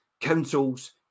councils